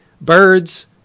birds